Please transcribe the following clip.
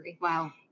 Wow